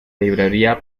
librería